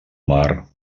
mar